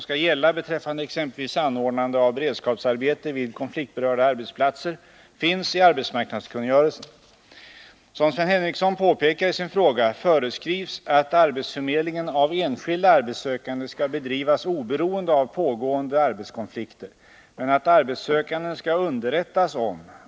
I Jämtlands län har de över 150 beredskapsarbetarna inom landsting och kommun först erhållit muntligt besked om fortsatt anställning under maj och sedan, den sista april, besked om stopp fr.o.m. nästa dag.